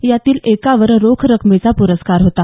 यातील एकावर रोख रकमेचा प्रस्कार होता